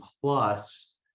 plus